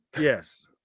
yes